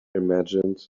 imagined